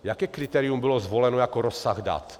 Jaké kritérium bylo zvoleno jako rozsah dat?